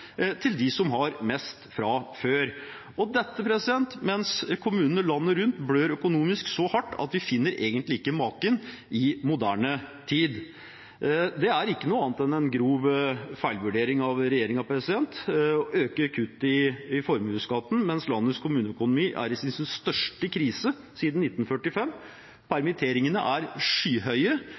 til dem som har mest fra før. Dette skjer mens kommunene landet rundt blør økonomisk så hardt at vi egentlig ikke finner maken i moderne tid. Det er ikke noe annet enn en grov feilvurdering av regjeringen å øke kuttet i formuesskatten mens landets kommuneøkonomi er i sin største krise siden 1945. Permitteringstallene er skyhøye,